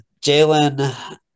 Jalen